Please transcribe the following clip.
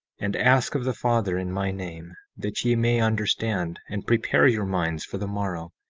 and ask of the father, in my name, that ye may understand, and prepare your minds for the morrow,